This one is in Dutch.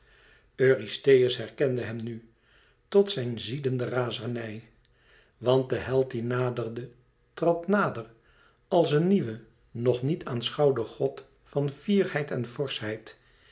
herkende hem nu tot zijn ziedende razernij want de held die naderde trad nader als een nieuwe nog niet aanschouwde god van fierheid en